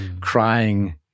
crying